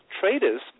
Traders